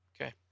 okay